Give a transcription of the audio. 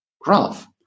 graph